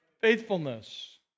faithfulness